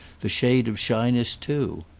the shade of shyness too.